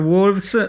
Wolves